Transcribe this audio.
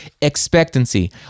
expectancy